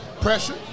Pressure